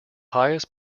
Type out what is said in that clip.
highest